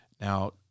Now